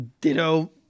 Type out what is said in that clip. ditto